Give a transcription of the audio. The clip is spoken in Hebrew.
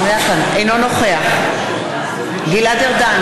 אינו נוכח גלעד ארדן,